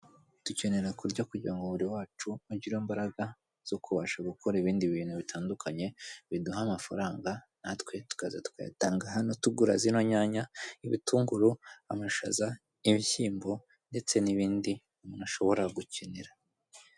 Dukenera kurya kugira ngo umubiri wacu ugire imbaraga zo kubasha gukora ibindi bintu bitandukanye biduha amafaranga natwe tukaza tukayatanga hano tugura zino nyanya, ibitunguru, amashaza, ibishyimbo, ndetse n'ibindi umuntu ashobora gukenera.